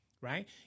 Right